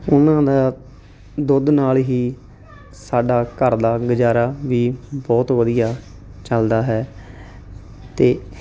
ਉਹਨਾਂ ਦਾ ਦੁੱਧ ਨਾਲ ਹੀ ਸਾਡਾ ਘਰ ਦਾ ਗੁਜ਼ਾਰਾ ਵੀ ਬਹੁਤ ਵਧੀਆ ਚੱਲਦਾ ਹੈ ਅਤੇ